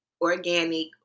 organic